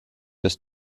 des